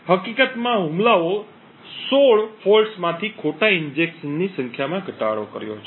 હકીકતમાં હુમલાઓ 16 દોષોમાંથી ખોટા ઇન્જેક્શનની સંખ્યામાં ઘટાડો કર્યો છે